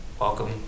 Welcome